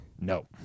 No